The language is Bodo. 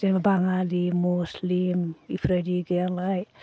जेनेबा बाङालि मुस्लिम इफोरबायदि गैयानालाय